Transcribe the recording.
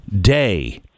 day